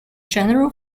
general